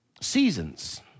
Seasons